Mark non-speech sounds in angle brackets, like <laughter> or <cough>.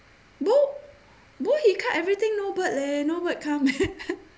bo bo he cut everything no bird leh no bird come <laughs>